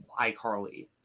iCarly